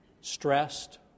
stressed